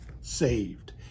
saved